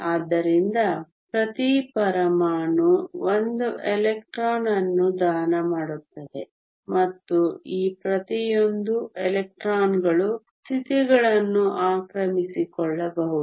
ಆದ್ದರಿಂದ ಪ್ರತಿ ಪರಮಾಣು 1 ಎಲೆಕ್ಟ್ರಾನ್ ಅನ್ನು ದಾನ ಮಾಡುತ್ತದೆ ಮತ್ತು ಈ ಪ್ರತಿಯೊಂದು ಎಲೆಕ್ಟ್ರಾನ್ಗಳು ಸ್ಥಿತಿಗಳನ್ನು ಆಕ್ರಮಿಸಿಕೊಳ್ಳಬಹುದು